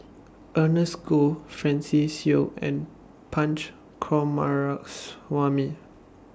Ernest Goh Francis Seow and Punch Coomaraswamy